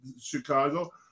Chicago